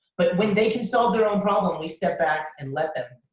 but when they can solve their own problem, we step back and let them.